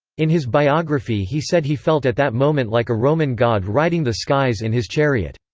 in his biography he said he felt at that moment like a roman god riding the skies in his chariot.